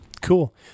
Cool